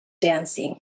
dancing